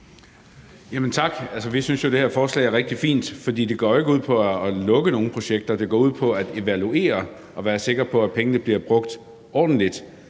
Tak. Vi synes, at det her forslag er rigtig fint, for det går jo ikke ud på at lukke nogen projekter. Det går ud på at evaluere dem og være sikker på, at pengene bliver brugt ordentligt.